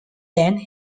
then